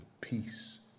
peace